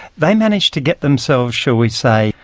they managed to get themselves, shall we say,